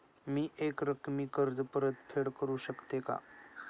मी एकरकमी कर्ज परतफेड करू शकते का?